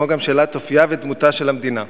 כמו גם שאלת אופיה ודמותה של המדינה.